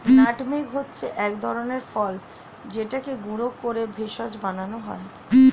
nutmeg হচ্ছে এক ধরনের ফল যেটাকে গুঁড়ো করে ভেষজ বানানো হয়